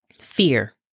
fear